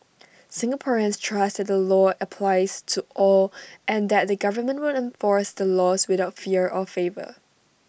Singaporeans trust that the law applies to all and that the government will enforce the laws without fear or favour